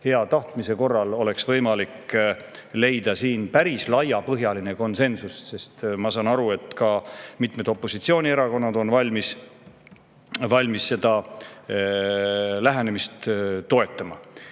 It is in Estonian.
Hea tahtmise korral oleks võimalik leida siin päris laiapõhjaline konsensus, sest ma saan aru, et ka mitmed opositsioonierakonnad on valmis seda lähenemist toetama.